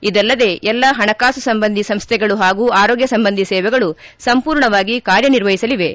ಇದಲ್ಲದೆ ಎಲ್ಲಾ ಹಣಕಾಸು ಸಂಬಂಧಿ ಸಂಸ್ಥೆಗಳು ಹಾಗೂ ಆರೋಗ್ಯ ಸಂಬಂಧಿ ಸೇವೆಗಳು ಸಂಪೂರ್ಣವಾಗಿ ಕಾರ್ಯ ನಿರ್ವಹಿಸಲಿವೆ